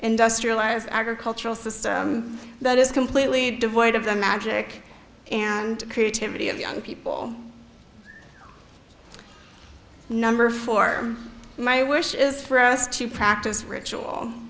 industrialized agricultural system that is completely devoid of the magic and creativity of young people number four my wish is for us to practice